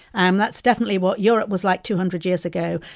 um that's definitely what europe was like two hundred years ago.